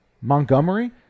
Montgomery